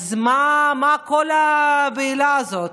אז מה כל הבהלה הזאת?